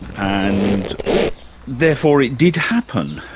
and therefore it did happen,